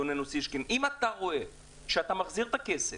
גונן אוסישקין: אם אתה רואה שאתה מחזיר את הכסף,